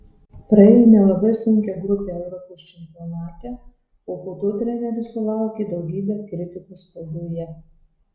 praėjome labai sunkią grupę europos čempionate o po to treneris sulaukė daugybę kritikos spaudoje